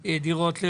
הדירות.